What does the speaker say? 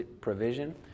provision